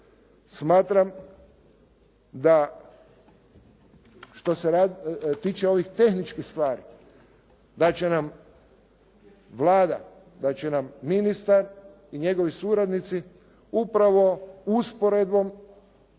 smatram da što se tiče ovih tehničkih stvari, da će nam Vlada, da će nam ministar i njegovi suradnici upravo usporedbom